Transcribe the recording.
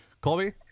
Colby